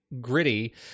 gritty